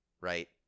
right